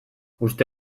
uste